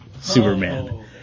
superman